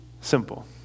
simple